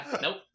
Nope